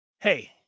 hey